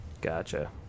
Gotcha